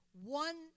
one